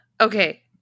okay